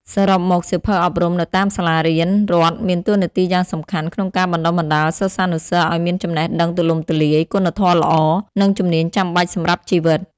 សរុបមក សៀវភៅអប់រំនៅតាមសាលារៀនរដ្ឋមានតួនាទីយ៉ាងសំខាន់ក្នុងការបណ្តុះបណ្តាលសិស្សានុសិស្សឱ្យមានចំណេះដឹងទូលំទូលាយ គុណធម៌ល្អ និងជំនាញចាំបាច់សម្រាប់ជីវិត។